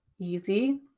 easy